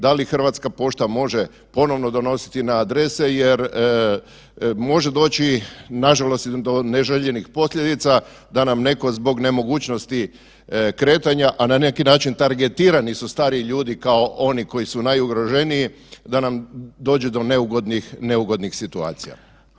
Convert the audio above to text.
Da li Hrvatska pošta može ponovno donositi na adrese jel može doći nažalost do neželjenih posljedica da nam netko zbog nemogućnosti kretanja, a na neki način targetirani su stari ljudi kao oni koji su najugroženiji da nam dođe do neugodnih situacija.